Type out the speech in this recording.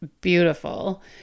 beautiful